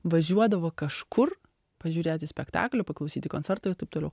važiuodavo kažkur pažiūrėti spektaklių paklausyti koncertų ir taip toliau